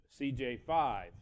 CJ5